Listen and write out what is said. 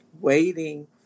waiting